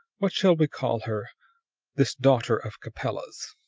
what shall we call her this daughter of capella's?